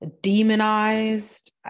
demonized